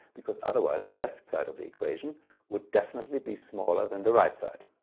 because otherwise the left side of the equation would definitely be smaller than the right side.